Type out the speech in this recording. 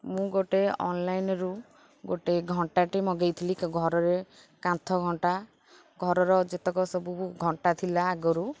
ମୁଁ ଗୋଟେ ଅନ୍ଲାଇନ୍ରୁ ଗୋଟେ ଘଣ୍ଟାଟେ ମଗାଇଥିଲି ଘରରେ କାନ୍ଥ ଘଣ୍ଟା ଘରର ଯେତକ ସବୁ ଘଣ୍ଟା ଥିଲା ଆଗରୁ